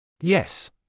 Yes